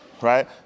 right